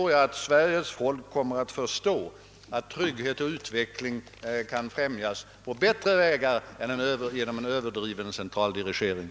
Jag tror att Sveriges folk kommer att förstå att trygghet och utveckling kan främjas på bättre sätt än genom en överdriven centraldirigering.